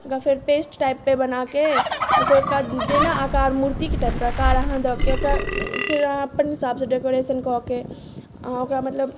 ओकरा फेर पेस्ट टाइपके बना कऽ फेर ओकरा जेना आकार मूर्तिके एकटा प्रकार अहाँ दऽ के फेर अहाँ अपन हिसाबसँ डेकोरेशन कऽ के अहाँ ओकरा मतलब